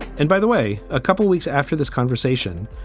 and by the way, a couple weeks after this conversation,